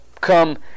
come